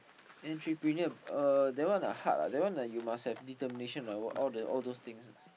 entrepreneur uh that one ah hard ah you must have determination and all the all those things ah